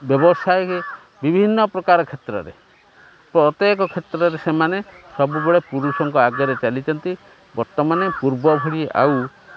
ବ୍ୟବସାୟ ବିଭିନ୍ନ ପ୍ରକାର କ୍ଷେତ୍ରରେ ପ୍ରତ୍ୟେକ କ୍ଷେତ୍ରରେ ସେମାନେ ସବୁବେଳେ ପୁରୁଷଙ୍କ ଆଗରେ ଚାଲିଛନ୍ତି ବର୍ତ୍ତମାନେ ପୂର୍ବ ଭଳି ଆଉ